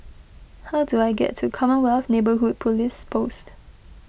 how do I get to Commonwealth Neighbourhood Police Post